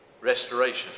restoration